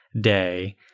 day